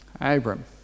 Abram